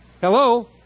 Hello